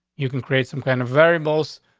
you can create some kind of variables.